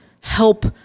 help